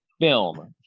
film